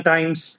Times